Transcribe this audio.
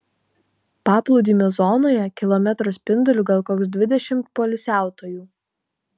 paplūdimio zonoje kilometro spinduliu gal koks dvidešimt poilsiautojų